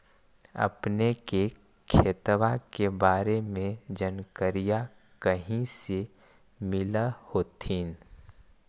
अपने के खेतबा के बारे मे जनकरीया कही से मिल होथिं न?